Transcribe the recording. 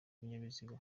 ibinyabiziga